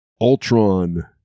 Ultron